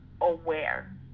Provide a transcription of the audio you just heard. aware